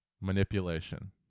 manipulation